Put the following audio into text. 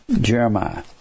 Jeremiah